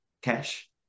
cash